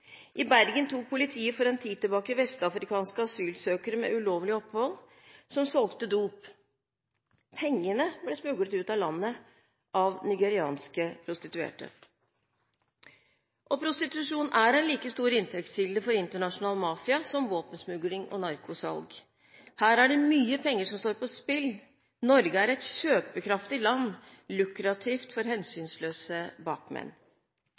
I Bergen tok politiet for en tid tilbake vestafrikanske asylsøkere med ulovlig opphold som solgte dop. Pengene ble smuglet ut av landet av nigerianske prostituerte. Prostitusjon er en like stor inntektskilde for internasjonal mafia som våpensmugling og narkosalg. Her er det mye penger som står på spill. Norge er et kjøpekraftig land, lukrativt for hensynsløse bakmenn.